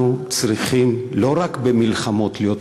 צריכים לא רק במלחמות להיות מאוחדים,